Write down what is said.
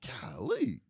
golly